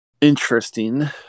interesting